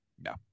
No